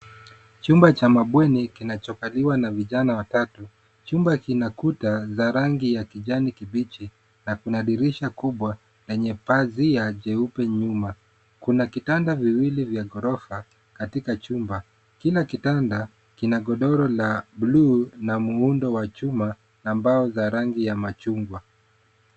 Chumba cha mabweni kinachokaliwa na vijana watatu. Chumba kina kuta za rangi ya kijani kibichi na kina dirisha kubwa yenye pazia jeupe nyuma. Kuna vitanda viwili vya ghorofa katika chumba. Kila kitanda kina godoro la bluu la muundo wa chuma ambao ni za rangi ya machungwa.